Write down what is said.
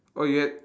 oh you ha~